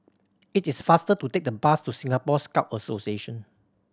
it is faster to take the bus to Singapore Scout Association